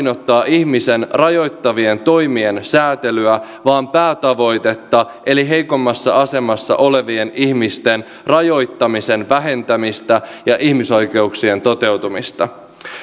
ihmistä rajoittavien toimien säätelyä vaan päätavoitetta eli heikommassa asemassa olevien ihmisen rajoittamisen vähentämistä ja ihmisoikeuksien toteutumista